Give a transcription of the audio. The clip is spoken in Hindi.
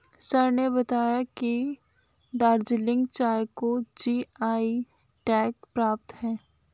सर ने बताया कि दार्जिलिंग चाय को जी.आई टैग प्राप्त है